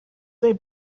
they